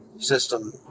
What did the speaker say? system